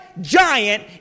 Giant